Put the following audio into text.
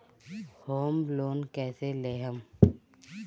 Home loan कैसे लेहम?